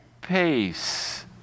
pace